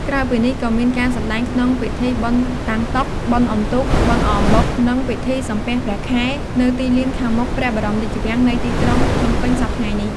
ក្រៅពីនេះ ក៏មានការសម្តែងក្នុងពិធីបុណ្យតាំងតុ បុណ្យអុំទូក បុណ្យអកអំបុក និងពិធីសំពះព្រះខែ នៅទីលានខាងមុខព្រះបរមរាជវាំងនៃទីក្រុងភ្នំពេញសព្វថ្ងៃនេះ ។